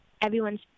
everyone's